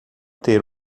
ter